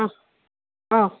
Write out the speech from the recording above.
ꯑꯥ ꯑꯥꯎ